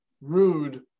Rude